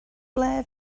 ble